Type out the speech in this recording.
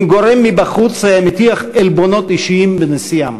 גורם מבחוץ היה מטיח עלבונות אישיים בנשיאם.